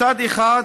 מצד אחד